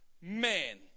man